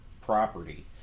property